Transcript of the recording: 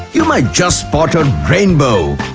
you might just spot a rainbow.